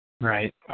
Right